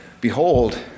behold